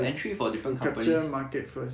to to capture market first